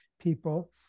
people